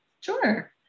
Sure